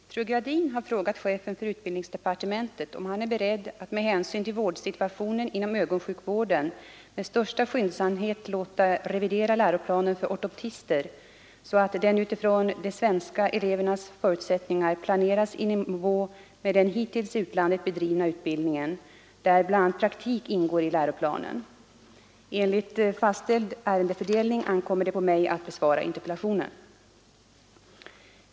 Herr talman! Fru Gradin har frågat chefen för utbildningsdepartementet om han är beredd att med hänsyn till vårdsituationen inom ögonsjukvården med största skyndsamhet låta revidera läroplanen för ortoptister, så att den utifrån de svenska elevernas förutsättningar planeras i nivå med den hittills i utlandet bedrivna utbildningen, där bl.a. praktik ingår i läroplanen. Enligt fastställd ärendefördelning ankommer det på mig att besvara interpellationen.